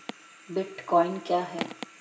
Bitcoin क्या है?